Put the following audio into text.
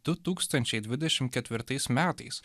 du tūkstančiai dvidešim ketvirtais metais